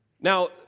Now